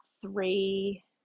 three